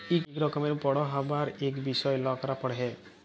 ইক রকমের পড়্হাবার ইক বিষয় লকরা পড়হে